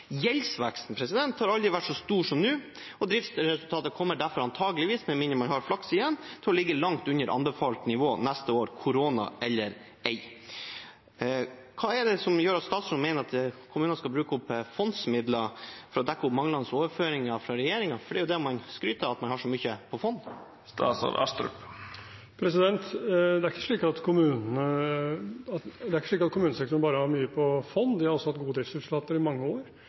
Gjeldsveksten har aldri vært så stor som nå, og driftsresultatet kommer derfor, med mindre man har flaks igjen, antagelig til å ligge langt under anbefalt nivå neste år – korona eller ei. Hva er det som gjør at statsråden mener at kommunene skal bruke opp fondsmidler for å dekke opp manglende overføringer fra regjeringen, for det er jo det man skryter av, at man har så mye på fond? Det er ikke slik at kommunesektoren bare har mye i fond, de har også hatt gode driftsresultater i mange år.